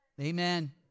Amen